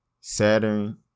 saturn